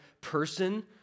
person